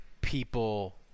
People